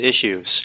issues